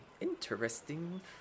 interesting